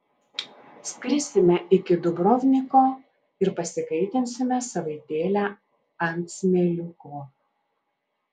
skrisime iki dubrovniko ir pasikaitinsime savaitėlę ant smėliuko